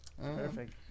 perfect